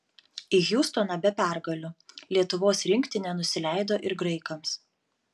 į hjustoną be pergalių lietuvos rinktinė nusileido ir graikams